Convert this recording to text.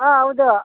ಹಾಂ ಹೌದು